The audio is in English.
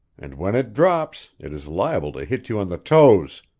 and when it drops, it is liable to hit you on the toes.